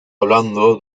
hablando